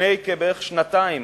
לפני כשנתיים